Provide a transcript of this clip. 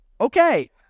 Okay